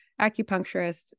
acupuncturist